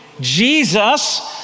Jesus